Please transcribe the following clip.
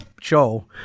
show